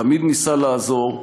תמיד ניסה לעזור,